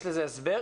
יש לזה הסבר?